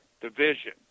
division